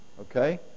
Okay